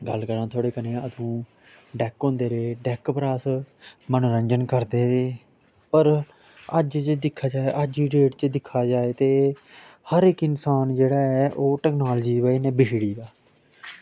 गल्ल करांऽ थोआढ़े कन्नै उदूं डैक होंदे रेह् डैक पर अस मनोरंजन करदे रेह् पर अज जे दिक्खेआ जाये अज दी डेट च दिक्खेआ जाये ते हर इक इन्सान जेह्ड़ा ऐ ओह् टेक्नोलॉजी दी बजह कन्नै बिगड़ी दा